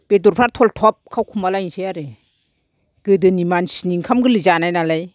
बेदरफ्रा थलथफ खावखुमालायनोसै आरो गोदोनि मानसिनि ओंखाम गोरलै जानाय नालाय